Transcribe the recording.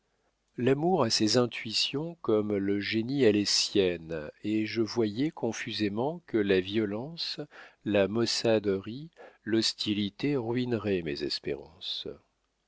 l'amour a ses intuitions comme le génie a les siennes et je voyais confusément que la violence la maussaderie l'hostilité ruineraient mes espérances